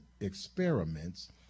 experiments